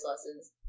lessons